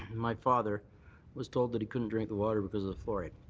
my father was told that he couldn't drink the water because of the fluoride.